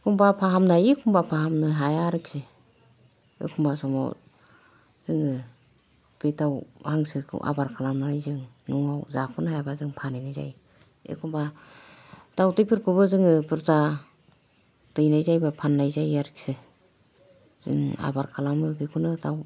एखम्बा फाहामनो हायो एखम्बा फाहामनो हाया आरोखि एखम्बा समाव जोङो बे दाउ हांसोखौ आबाद खालामनानै जों न'आव जाख'नो हायाबा जों फानहैनाय जायो एखम्बा दाउदैफोरखौबो जोङो बुरजा दैनाय जायोबा फाननाय जायो आरोखि जों आबाद खालामो बेखौनो दाउ